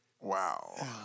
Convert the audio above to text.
Wow